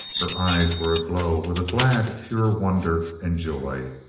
her eyes were aglow with a glad, pure wonder and joy.